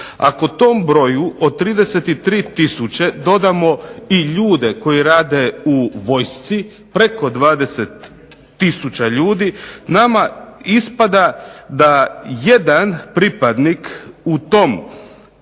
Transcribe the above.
Ako tom broju od 33000 dodamo i ljude koji rade u vojsci preko 20000 ljudi, nama ispada da jedan pripadnik u tom